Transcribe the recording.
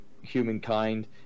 humankind